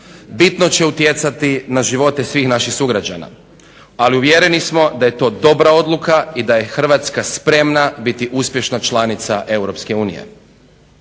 bitno će utjecati na živote svih naših sugrađana. Ali uvjereni smo da je to dobra odluka i da je Hrvatska spremna biti uspješna članica EU.